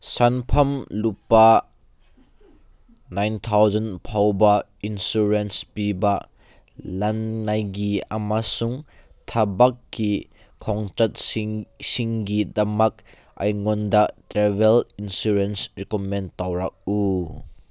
ꯁꯟꯐꯝ ꯂꯨꯄꯥ nine thousand ꯐꯥꯎꯕ insurance ꯄꯤꯕ ꯂꯟꯅꯥꯏꯒꯤ ꯑꯃꯁꯨꯡ ꯊꯕꯛꯀꯤ ꯈꯣꯡꯆꯠꯁꯤꯡ ꯁꯤꯡꯒꯤꯗꯃꯛ ꯑꯩꯉꯣꯟꯗ ꯇ꯭ꯔꯦꯕꯜ ꯏꯟꯁꯨꯔꯦꯟꯁ ꯔꯤꯀꯃꯦꯟ ꯇꯧꯔꯛꯎ